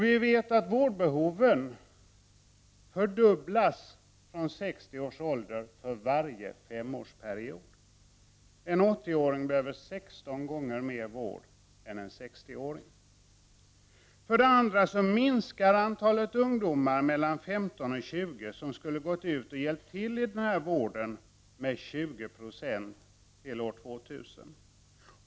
Vi vet att vårdbehoven fördubblas för varje femårsperiod från 60 års ålder. En 80-åring behöver 16 gånger mer vård än en 60-åring. För det andra minskar antalet ungdomar mellan 15 och 20 år, som skulle ha gått ut och hjälpt till i vården, med 20 9 till år 2000.